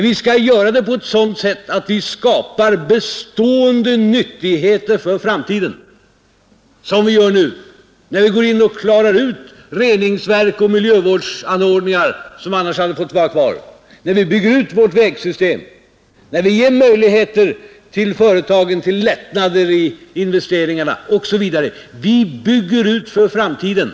Vi skall göra det på ett sådant sätt att vi skapar bestående nyttigheter för framtiden, t.ex. reningsverk och miljövårdsanordningar, som vi annars hade måst avstå från, bygger ut vårt vägsystem, ger företagen möjligheter genom lättnader beträffande investeringar osv. Vi bygger ut för framtiden.